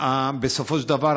בסופו של דבר,